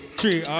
three